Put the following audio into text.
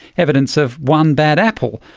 evidence of one bad apple,